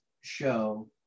show